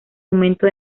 aumento